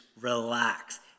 Relax